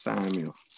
Samuel